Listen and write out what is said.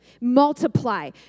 Multiply